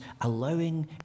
allowing